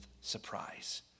surprise